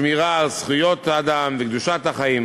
שמירה על זכויות האדם וקדושת החיים.